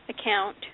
account